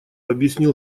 объяснил